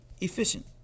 efficient